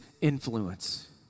influence